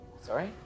Sorry